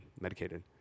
medicated